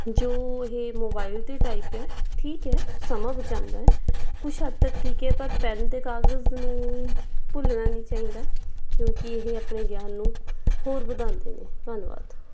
ਜੋ ਇਹ ਮੋਬਾਈਲ 'ਤੇ ਟਾਈਪ ਹੈ ਠੀਕ ਹੈ ਸਮਾਂ ਬਚਾਉਂਦਾ ਕੁਛ ਹੱਦ ਤੱਕ ਠੀਕ ਹੈ ਪਰ ਪੈਨ ਅਤੇ ਕਾਗਜ਼ ਨੂੰ ਭੁੱਲਣਾ ਨਹੀਂ ਚਾਹੀਦਾ ਕਿਉਂਕਿ ਇਹ ਆਪਣੇ ਗਿਆਨ ਨੂੰ ਹੋਰ ਵਧਾਉਂਦੇ ਨੇ ਧੰਨਵਾਦ